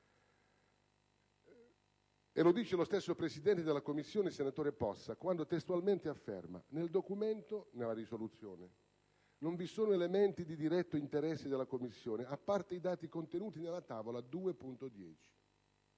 Lo dice lo stesso presidente della 7a Commissione, senatore Possa, quando testualmente afferma che nello schema «non ci sono elementi di diretto interesse della Commissione, a parte i dati contenuti nella tavola 2.10».